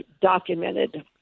documented